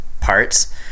parts